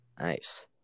Nice